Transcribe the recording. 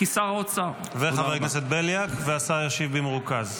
חבר הכנסת בליאק, והשר ישיב במרוכז.